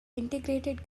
integrated